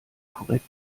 korrekt